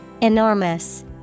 Enormous